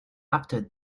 after